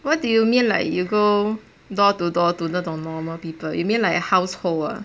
what do you mean like you go door to door to 那种 normal people you mean like household ah